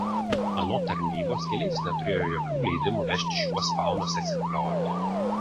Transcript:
anot tarnybos keleivis neturėjo jokių leidimų vežti šiuos faunos egzempliorius